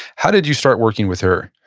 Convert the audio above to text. how did you start working with her?